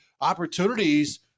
opportunities